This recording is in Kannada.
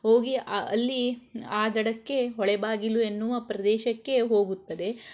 ಹೋಗಿ ಅಲ್ಲಿ ಆ ದಡಕ್ಕೆ ಹೊಳೆಬಾಗಿಲು ಎನ್ನುವ ಪ್ರದೇಶಕ್ಕೆ ಹೋಗುತ್ತದೆ